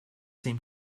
seem